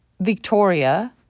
Victoria